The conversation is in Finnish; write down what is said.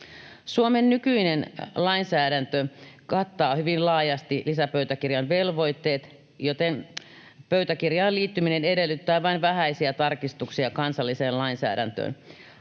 Suomen nykyinen lainsäädäntö kattaa hyvin laajasti lisäpöytäkirjan velvoitteet, joten pöytäkirjaan liittyminen edellyttää vain vähäisiä tarkistuksia kansalliseen lainsäädäntöön.